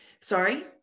Sorry